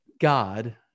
God